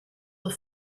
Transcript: the